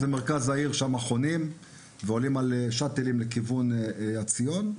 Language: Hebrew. חונים במרכז העיר ועולים על שאטלים לכיוון הציון.